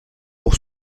pour